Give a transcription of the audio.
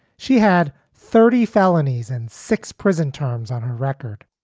she had thirty felonies in six prison terms on her record.